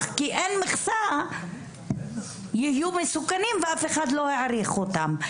כי אין מכסה כך שהם יהיו מסוכנים ואף אחד לא יעריך אותם.